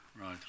Right